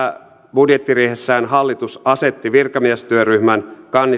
budjettiriihessään hallitus asetti virkamiestyöryhmän